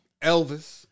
Elvis